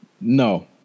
no